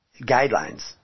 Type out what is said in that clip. guidelines